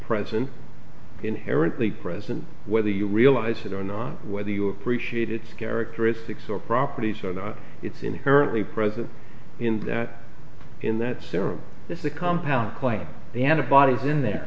present inherently present whether you realize it or not whether you appreciate its characteristics or properties or not it's inherently present in that in that serum if the compound claim the antibodies in there